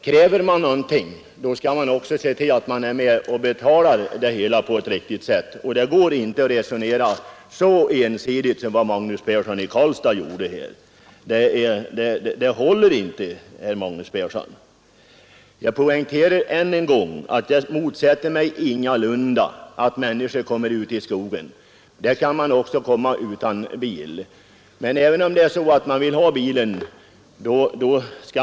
Kräver man någonting skall man också betala för det, och det håller inte att resonera så ensidigt som herr Persson i Karlstad gjorde. Jag poängterar än en gång att jag ingalunda motsätter mig att människor får komma ut i skogen — dit kan de också komma utan bil.